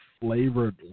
flavored